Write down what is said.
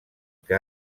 que